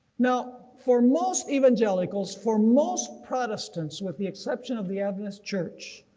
now for most evangelicals, for most protestants with the exception of the adventist church,